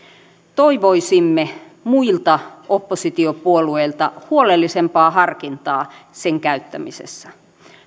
toivoisimme muilta oppositiopuolueilta huolellisempaa harkintaa sen käyttämisessä